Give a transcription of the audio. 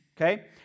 okay